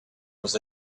was